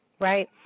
right